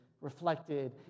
reflected